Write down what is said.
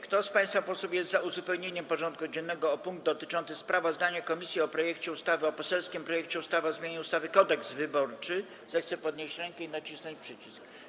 Kto z państwa posłów jest za uzupełnieniem porządku dziennego o punkt dotyczący sprawozdania komisji o poselskim projekcie ustawy o zmianie ustawy Kodeks wyborczy, zechce podnieść rękę i nacisnąć przycisk.